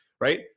right